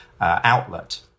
outlet